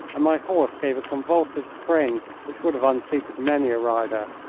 and my horse gave a convulsive spring which would have unseated many a rider.